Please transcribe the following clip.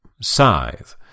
Scythe